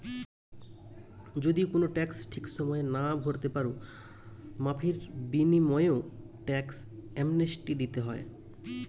যদি কুনো ট্যাক্স ঠিক সময়ে না ভোরতে পারো, মাফীর বিনিময়ও ট্যাক্স অ্যামনেস্টি দিতে হয়